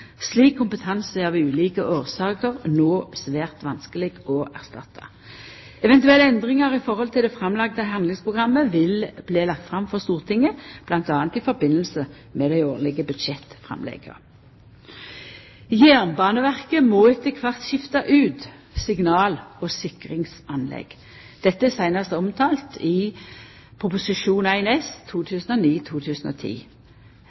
Slik kompetanse er av ulike årsaker no svært vanskeleg å erstatta. Eventuelle endringar i forhold til det framlagde handlingsprogrammet vil verta lagde fram for Stortinget, m.a. i samband med dei årlege budsjettframlegga. Jernbaneverket må etter kvart skifta ut signal- og sikringsanlegg. Dette er seinast omtalt i